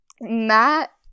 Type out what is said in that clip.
matt